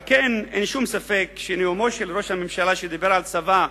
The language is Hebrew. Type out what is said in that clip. ועל כן אין שום ספק שנאומו של ראש הממשלה שדיבר על צבא,